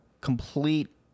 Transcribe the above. complete